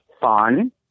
fun